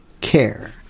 care